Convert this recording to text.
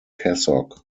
cassock